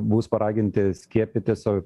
bus paraginti skiepytis o